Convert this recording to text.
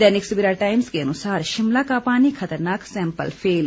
दैनिक Savera Times के अनुसार शिमला का पानी खतरनाक सैंपल फेल